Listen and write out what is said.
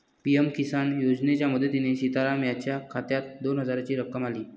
PM Kisan योजनेच्या मदतीने सीताराम यांच्या खात्यात दोन हजारांची रक्कम आली